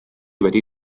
wedi